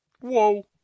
Whoa